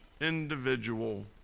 individual